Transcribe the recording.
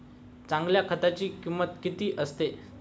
चांगल्या खताची किंमत किती असते?